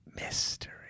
Mystery